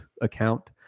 account